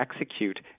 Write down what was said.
execute